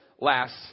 last